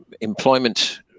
employment